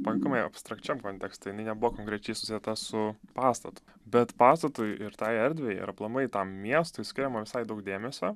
pakankamai abstrakčiam kontekste jinai nebuvo konkrečiai susieta su pastatu bet pastatui ir tai erdvei ir aplamai tam miestui skiriama visai daug dėmesio